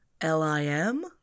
l-i-m